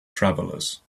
travelers